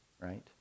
right